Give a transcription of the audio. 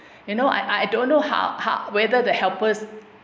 you know I I don't know how how whether the helpers